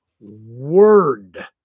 word